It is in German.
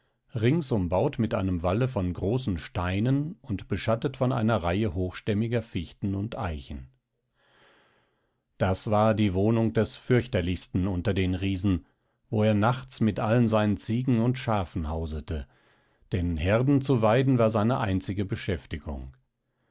rings umbaut mit einem walle von großen steinen und beschattet von einer reihe hochstämmiger fichten und eichen das war die wohnung des fürchterlichsten unter den riesen wo er nachts mit allen seinen ziegen und schafen hausete denn herden zu weiden war seine einzige beschäftigung